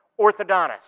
orthodontist